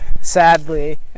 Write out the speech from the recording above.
Sadly